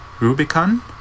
Rubicon